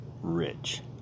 rich